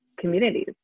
communities